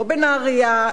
לא בנהרייה,